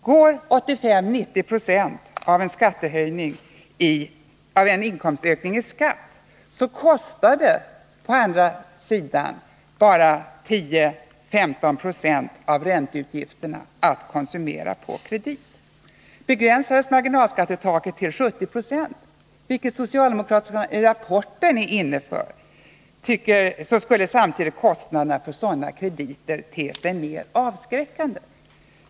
Går 85-90 26 av en inkomstökning bort i skatt, så kostar det å andra sidan bara 10-15 26 av ränteutgifterna att konsumera på kredit. Begränsades marginalskattetaket till 70 26, vilket socialdemokraterna är inne på i rapporten, skulle samtidigt kostnaderna för sådana krediter te sig mer avskräckande.